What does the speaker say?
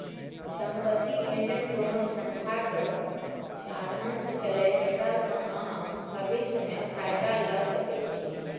संपत्ति एहन कोनो धंधाक साधंश भेलै जकरा सँ अहाँ भबिस मे फायदा लए सकै छी